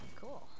Cool